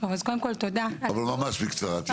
אבל ממש בקצרה.